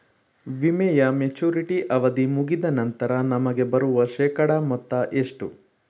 ವಿಮೆಯ ಮೆಚುರಿಟಿ ಅವಧಿ ಮುಗಿದ ನಂತರ ನಮಗೆ ಬರುವ ಶೇಕಡಾ ಮೊತ್ತ ಎಷ್ಟು?